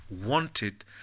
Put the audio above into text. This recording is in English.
wanted